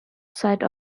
side